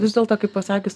vis dėlto kaip pasakius